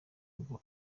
ngo